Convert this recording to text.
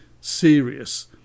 serious